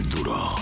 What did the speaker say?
Duro